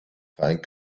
fight